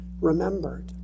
remembered